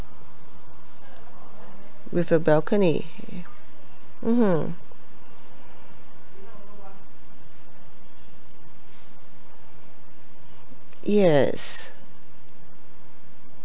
with a balcony mmhmm yes